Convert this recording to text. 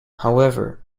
however